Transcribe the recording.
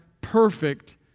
perfect